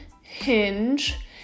Hinge